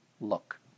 look